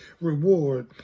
reward